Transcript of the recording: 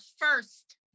first